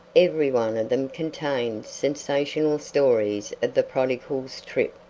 every one of them contained sensational stories of the prodigal's trip,